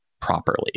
properly